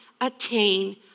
attain